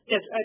Yes